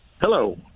Hello